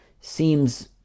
seems